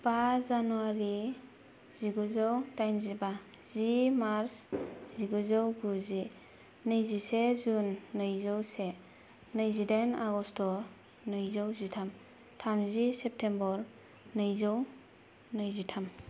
बा जानुवारि जिगुजौ दाइनजिबा जि मार्च जिगुजौ गुजि नैजिसे जुन नैजौसे नैजिदाइन आगस्त नैजौ जिथाम थामजि सेप्तेम्बर नैजौ नैजिथाम